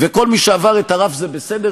וכל מי שעבר את הרף זה בסדר,